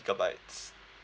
gigabytes